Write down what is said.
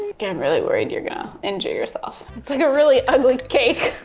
okay, i'm really worried you're going to injure yourself. it's like a really ugly cake.